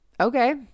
Okay